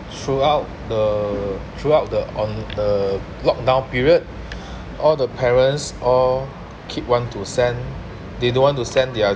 throughout the throughout the on uh lock down period all the parents all keep want to send they don't want to send their